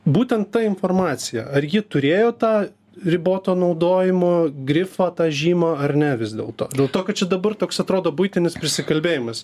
būtent ta informacija ar ji turėjo tą riboto naudojimo grifą tą žymą ar ne vis dėlto dėl to kad čia dabar toks atrodo buitinis prisikalbėjimas